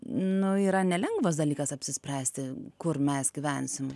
nu yra nelengvas dalykas apsispręsti kur mes gyvensim